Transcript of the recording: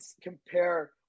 compare